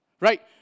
Right